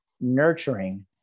nurturing